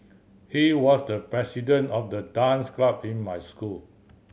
he was the president of the dance club in my school